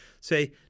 say